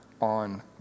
on